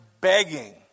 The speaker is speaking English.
begging